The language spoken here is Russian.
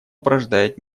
порождает